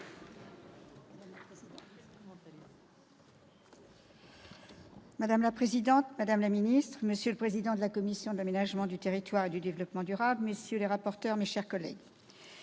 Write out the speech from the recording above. Madame la présidente, madame la secrétaire d'État, monsieur le président de la commission de l'aménagement du territoire et du développement durable, monsieur le rapporteur, mes chers collègues,